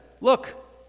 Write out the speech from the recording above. Look